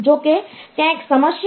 જો કે ત્યાં એક સમસ્યા છે